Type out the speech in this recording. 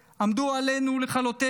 עמדו עלינו לכלותנו,